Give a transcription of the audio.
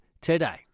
today